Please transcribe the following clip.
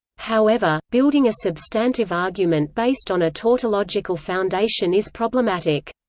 however, building a substantive argument based on a tautological foundation is problematic.